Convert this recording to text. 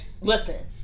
listen